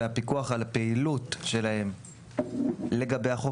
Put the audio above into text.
והפיקוח על הפעילות שלהם לגבי החוק